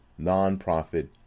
Nonprofit